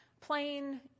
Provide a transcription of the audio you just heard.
plain